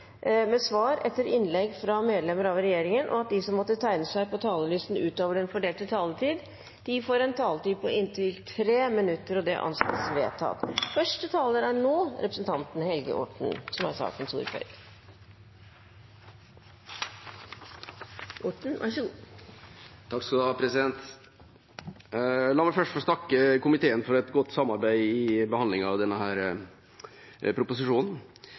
med inntil seks replikker med svar etter innlegg fra medlemmer av regjeringen, og at de som måtte tegne seg på talerlisten utover den fordelte taletid, får en taletid på inntil 3 minutter. – Det anses vedtatt. La meg først få takke komiteen for et godt samarbeid i behandlingen av denne proposisjonen.